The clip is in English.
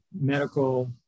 medical